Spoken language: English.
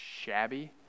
shabby